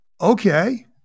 okay